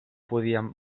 podíem